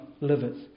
liveth